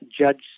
judge